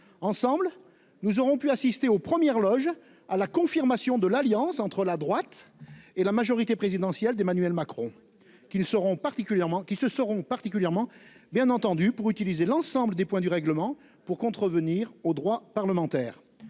Ensemble, nous aurons pu assister aux premières loges à la confirmation de l'alliance entre la droite et la majorité présidentielle d'Emmanuel Macron qu'ils seront particulièrement qui se seront particulièrement bien entendu pour utiliser l'ensemble des points du règlement pour contrevenir au droit parlementaire.